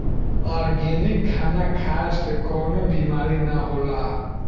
organic खाना खाए से कवनो बीमारी ना होला